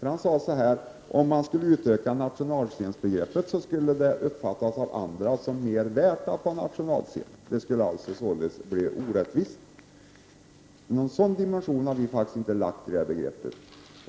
Han sade att om man skulle utöka nationalscensbegreppet skulle det av andra uppfattas som mer värt att vara en nationalscen — det skulle således vara orättvist. Någon sådan värdering har vi faktiskt inte lagt i det begreppet.